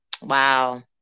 Wow